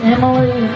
Emily